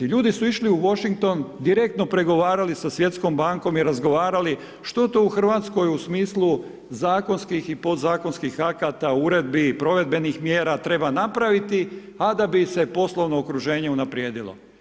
Ljudi su išli u Washington, direktno pregovarali sa Svjetskom bankom i razgovarali što to u Hrvatskoj u smislu zakonskih i podzakonskih akata, uredbi i provedbenih mjera treba napraviti a da bi se poslovno okruženje unaprijedilo.